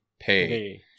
pay